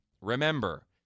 Remember